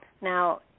now